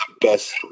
best